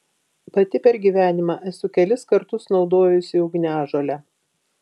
pati per gyvenimą esu kelis kartus naudojusi ugniažolę